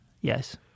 Yes